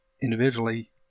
individually